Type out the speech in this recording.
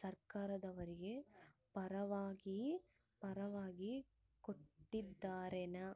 ಸರ್ಕಾರದವರು ಪರವಾನಗಿ ಕೊಟ್ಟಾರೇನ್ರಿ?